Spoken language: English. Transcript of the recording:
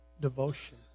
devotion